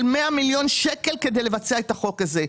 100 מיליון שקלים כדי לבצע את החוק הזה.